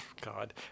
God